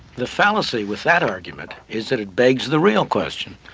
the fallacy with that argument is that it begs the real question.